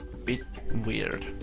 bit weird,